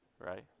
right